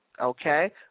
Okay